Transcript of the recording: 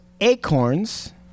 acorns